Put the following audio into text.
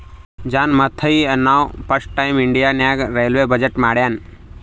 John Mathai ಅಂನವಾ first time India ನಾಗ್ railway budget ಮಾಡ್ಯಾನ್